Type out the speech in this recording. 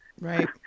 Right